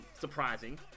surprising